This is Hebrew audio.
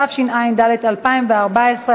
התשע"ד 2014,